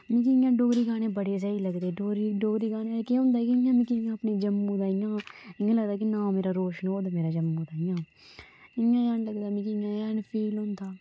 मिगी इ'यां डोगरी गाने बड़े स्हेई लगदे डोगरी डोगरी गाने दा केह् हुंदा ऐ की इ'यां मिकी अपने जम्मू दा इ'यां इयां लगदा कि नां मेरा रोशन होआ दा मेरा जम्मू दा इयां इयां जान लगदा मिकी इयां जान फील होंदा